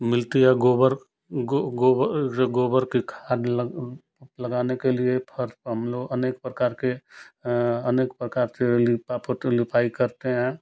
मिलती है गोबर गो गोबर र की खाद लग लगाने के लिए फर्श पर हम लोग अनेक प्रकार के अनेक प्रकार से लीपापोती लिपाई करते हैं